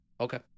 okay